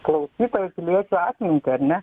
klausytojų piliečių atmintį ar ne